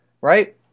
right